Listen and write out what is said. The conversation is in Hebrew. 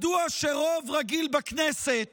מדוע שרוב רגיל בכנסת